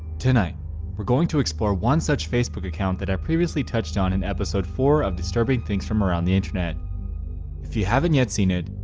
tonight we're going to explore one such facebook account that i previously touched on in episode four of disturbing things from around the internet if you haven't yet seen it.